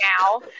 now